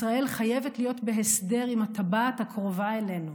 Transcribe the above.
ישראל חייבת להיות בהסדר עם הטבעת הקרובה אלינו,